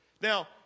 Now